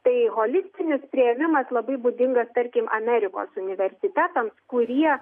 tai holistinis priėmimas labai būdingas tarkim amerikos universitetams kurie